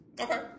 Okay